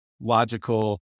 logical